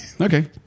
Okay